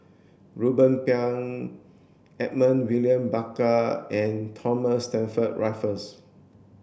Ruben Pang Edmund William Barker and Thomas Stamford Raffles